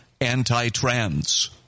anti-trans